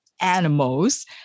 animals